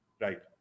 right